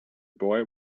boy